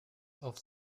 auf